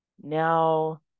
Now